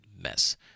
mess